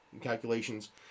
calculations